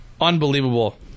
Unbelievable